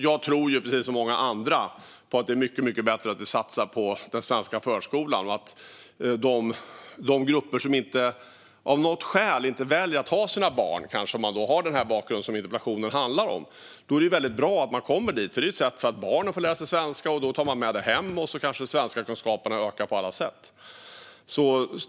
Jag tror precis som många andra att det är mycket bättre att satsa på den svenska förskolan. Det gäller grupper som av något skäl väljer att inte ha sina barn där, kanske för att de har den bakgrund som den här interpellationen handlar om. Det är väldigt bra att barnen kommer dit. Det är ett sätt för barnen att få lära sig svenska, och de tar med det hem. Då kanske kunskaperna i svenska ökar på alla sätt.